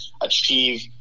achieve